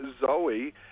Zoe